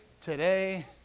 today